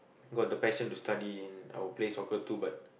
got the passion to study and I will play soccer too but